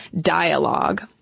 dialogue